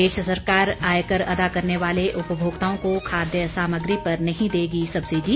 प्रदेश सरकार आयकर अदा करने वाले उपभोक्ताओं को खाद्य सामग्री पर नहीं देगी सब्सिडी